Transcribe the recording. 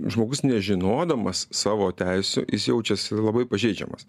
žmogus nežinodamas savo teisių jis jaučiasi labai pažeidžiamas